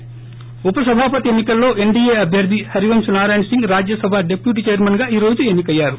ి ఉపసభాపతి ఎన్నికల్లో NDA అభ్వర్ది పారివంశ్ Narayan Singh Rajya Sabha deputy చైర్మన్గా ఈ రోజు ఎన్ని కయ్యారు